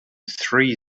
three